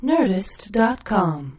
Nerdist.com